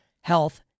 health